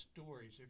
stories